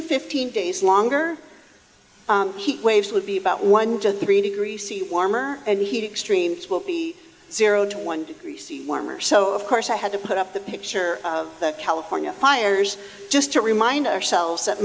to fifteen days longer heat waves will be about one to three degrees warmer and heat extremes will be zero to one degree warmer so of course i had to put up the picture that california fires just to remind ourselves that